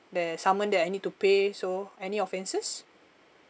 there someone that I need to pay so any offences